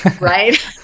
Right